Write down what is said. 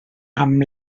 amb